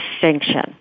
distinction